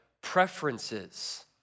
preferences